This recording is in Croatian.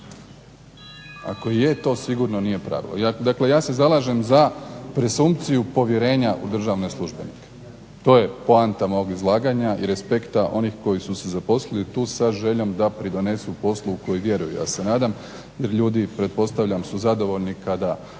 Ako je to sigurno nije pravilo. Dakle, ja se zalažem za presumpciju povjerenja u državne službenike to je poanta mog izlaganja i respekta onih koji su se zaposlili tu sa željom da pridonesu poslu u koji vjeruju ja se nadam. Jer ljudi pretpostavljam su zadovoljni kada